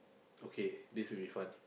okay this will be fun